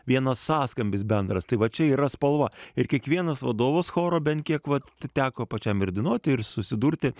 vienas sąskambis bendras tai va čia yra spalva ir kiekvienas vadovas choro bent kiek vat teko pačiam ir dainuoti ir susidurti